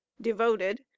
devoted